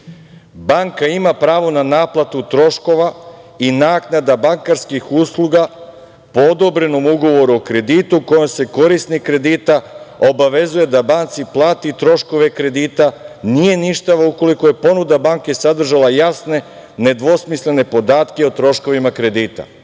banka ima pravo na naplatu troškova i naknada bankarskih usluga po odobrenom ugovoru o kreditu u kojim se korisnik kredita obavezuje da banci plati troškove kredita nije ništavan ukoliko je ponuda banke sadržala jasne nedvosmislene podatke o troškovima kredita.